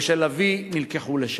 ושל אבי נלקחו לשם.